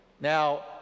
now